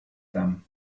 them